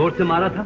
so tomorrow